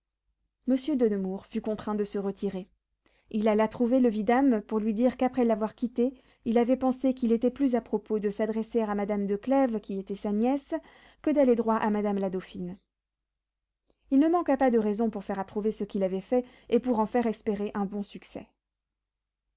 monsieur de nemours fut contraint de se retirer il alla trouver le vidame pour lui dire qu'après l'avoir quitté il avait pensé qu'il était plus à propos de s'adresser à madame de clèves qui était sa nièce que d'aller droit à madame la dauphine il ne manqua pas de raisons pour faire approuver ce qu'il avait fait et pour en faire espérer un bon succès